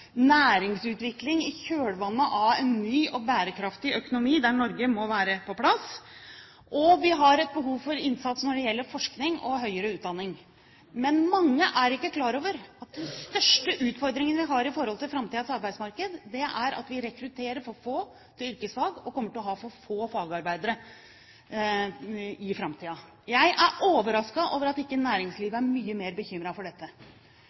næringsutvikling i kjølvannet av en ny og bærekraftig økonomi, der Norge må være på plass, og vi har et behov for innsats når det gjelder forskning og høyere utdanning. Men mange er ikke klar over at den største utfordringen vi har i forhold framtidens arbeidsmarked, er at vi rekrutterer for få til yrkesfag og kommer til å ha for få fagarbeidere. Jeg er overrasket over at ikke næringslivet er mye mer bekymret for dette.